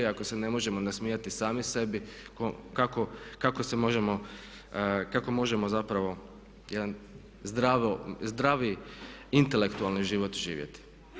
I ako se ne možemo nasmijati sami sebi kako možemo zapravo jedan zdravi intelektualni život živjeti.